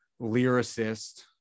lyricist